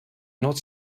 not